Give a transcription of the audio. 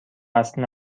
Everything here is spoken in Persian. اصل